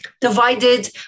divided